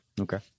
Okay